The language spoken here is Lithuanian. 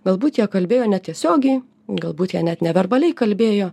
galbūt jie kalbėjo netiesiogiai galbūt jie net neverbaliai kalbėjo